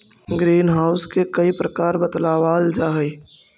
green house के कई प्रकार बतलावाल जा हई